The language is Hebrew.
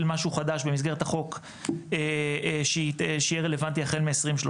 משהו חדש במסגרת החוק שיהיה רלוונטי החל מ-2030,